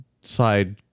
side